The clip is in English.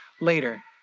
later